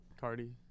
Cardi